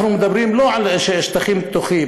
אנחנו מדברים לא על שטחים פתוחים,